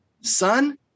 son